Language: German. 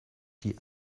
die